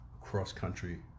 cross-country